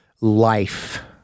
life